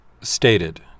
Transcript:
stated